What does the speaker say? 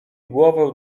głowę